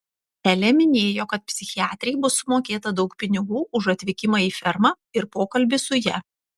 elė minėjo kad psichiatrei bus sumokėta daug pinigų už atvykimą į fermą ir pokalbį su ja